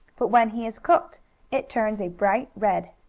but when he is cooked it turns a bright red.